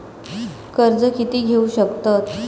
कर्ज कीती घेऊ शकतत?